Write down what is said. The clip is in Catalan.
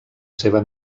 seva